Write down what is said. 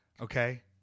Okay